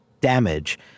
damage